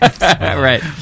Right